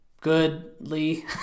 goodly